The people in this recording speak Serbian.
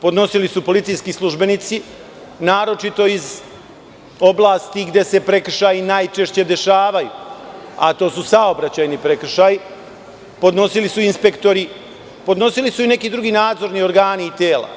Podnosili su policijski službenici, naročito iz oblasti gde se prekršaji najčešće dešavaju, a to su saobraćajni prekršaji, podnosili su inspektori, podnosili su i neki drugi nadzorni organi i tela.